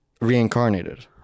reincarnated